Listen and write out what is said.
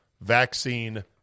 vaccine